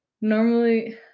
Normally